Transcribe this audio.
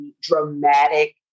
dramatic